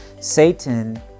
Satan